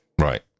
right